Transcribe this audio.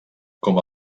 com